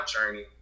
journey